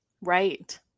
Right